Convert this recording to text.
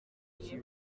ngiye